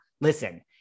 Listen